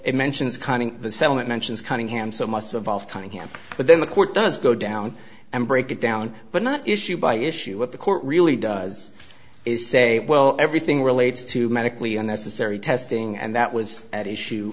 it mentions kind of the settlement mentions cunningham so must evolve kind of him but then the court does go down and break it down but not issue by issue what the court really does is say well everything relates to medically unnecessary testing and that was at issue